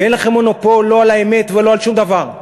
ואין לכם מונופול לא על האמת ולא על שום דבר.